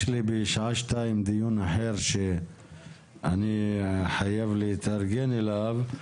בשעה שתיים יש לי דיון אחר שאני חייב להתארגן אליו.